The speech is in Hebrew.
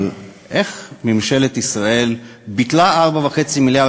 אבל איך ממשלת ישראל ביטלה 4.5 מיליארד